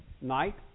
night